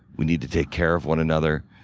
we need to take care of one another,